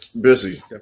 busy